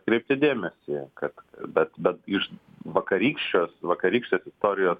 kreipti dėmesį kad bet bet iš vakarykščios vakarykščtės istorijos